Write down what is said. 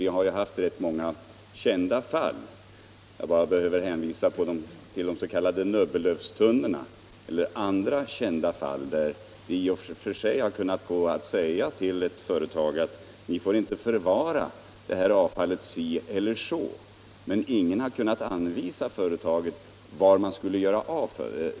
Vi har haft rätt många kända fall; jag behöver bara hänvisa till de s.k. Nöbbelövstunnorna. Där har man i och för sig kunnat säga till ett företag att det inte får förvara avfallet si eller så — men ingen har kunnat tala om för företaget var avfallet skulle göras av.